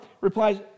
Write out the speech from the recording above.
replies